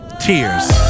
Tears